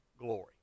glory